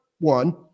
one